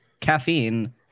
caffeine